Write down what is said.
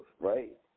right